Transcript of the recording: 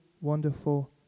wonderful